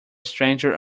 stranger